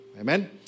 Amen